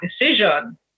decision